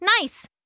Nice